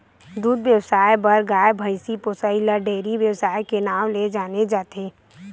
दूद बेवसाय बर गाय, भइसी पोसइ ल डेयरी बेवसाय के नांव ले जाने जाथे